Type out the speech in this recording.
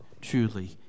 truly